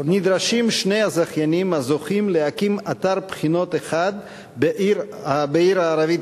נדרשים שני הזכיינים הזוכים להקים אתר בחינות אחד בעיר הערבית